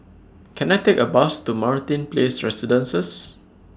Can I Take A Bus to Martin Place Residences